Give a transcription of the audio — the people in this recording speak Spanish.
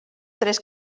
tres